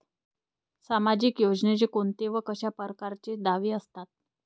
सामाजिक योजनेचे कोंते व कशा परकारचे दावे असतात?